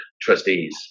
trustees